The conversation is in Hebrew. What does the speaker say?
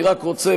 אני רק רוצה,